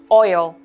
oil